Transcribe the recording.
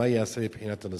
4. מה ייעשה לבחינת הנושא?